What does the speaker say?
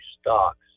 stocks